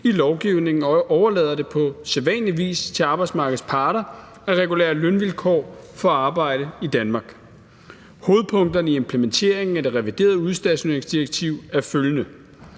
i lovgivningen, og de overlader det på sædvanligvis til arbejdsmarkedets parter at regulere lønvilkår for arbejde i Danmark. Hovedpunkterne i implementeringen af det reviderede udstationeringsdirektiv er følgende: